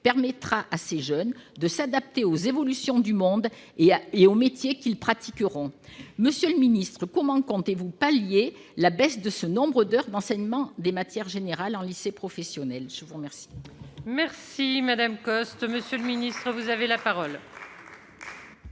permettra à ces jeunes de s'adapter aux évolutions du monde et aux métiers qu'ils pratiqueront. Monsieur le ministre, comment comptez-vous pallier la baisse de ce nombre d'heures d'enseignement des matières générales en lycée professionnel ? La parole est à M. le ministre. Madame la sénatrice,